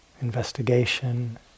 investigation